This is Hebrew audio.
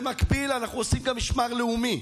במקביל אנחנו עושים גם משמר לאומי.